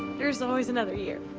there's always another year,